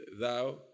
Thou